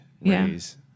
raise